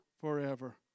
forever